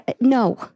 No